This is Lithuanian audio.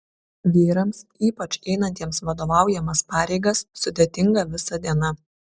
vyrams ypač einantiems vadovaujamas pareigas sudėtinga visa diena